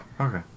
Okay